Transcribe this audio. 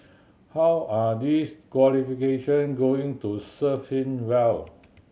how are these qualification going to serve him well